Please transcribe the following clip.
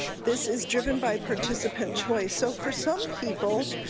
this is driven by participant choice so for some people,